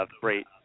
great